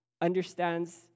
understands